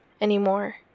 anymore